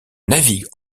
navigue